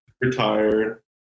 retired